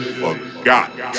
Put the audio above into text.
forgot